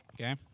Okay